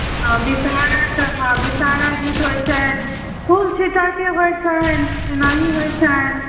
हँ विषहाराके हँ विषहारा गीत होइत छनि फुल छिटयके होइत छनि एनाही होइत छनि